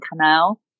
canal